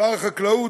שר החקלאות,